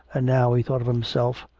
and now he thought of himself,